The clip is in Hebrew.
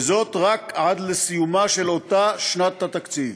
וזאת רק עד לסיומה של אותה שנת התקציב.